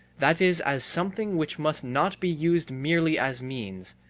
that is as something which must not be used merely as means,